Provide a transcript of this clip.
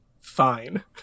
fine